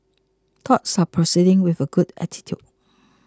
talks are proceeding with a good attitude